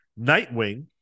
Nightwing